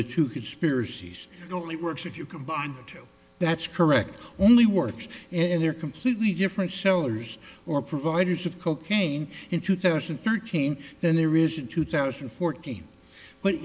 the two conspiracies only works if you combine the two that's correct only works and there are completely different sellers or providers of cocaine in two thousand and thirteen than there is in two thousand and fourteen but